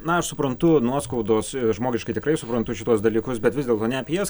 na aš suprantu nuoskaudos žmogiškai tikrai suprantu šituos dalykus bet vis dėlto ne apie juos